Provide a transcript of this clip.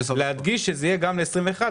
להדגיש שזה יהיה גם 21',